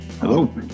Hello